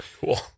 Cool